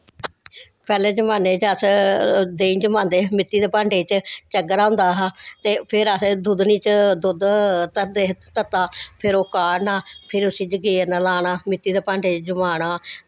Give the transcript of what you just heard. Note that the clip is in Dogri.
पैह्ले जमान्ने च अस देहीं जमांदे हे मिट्टी दे भांडे च चग्गरा होंदा हा ते फिर अस दुधनी च दुद्ध धरदे हे तत्ता फिर ओह् काढ़ना फिर उसी जंगीरन लाना मिट्टी दे भांडे च जमाना